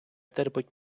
терпить